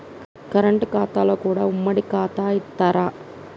Current ఖాతాలో కూడా ఉమ్మడి ఖాతా ఇత్తరా?